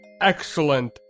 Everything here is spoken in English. excellent